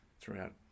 throughout